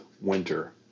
winter